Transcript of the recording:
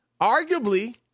Arguably